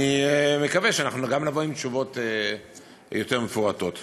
אני מקווה שאנחנו גם נבוא עם תשובות מפורטות יותר.